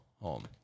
home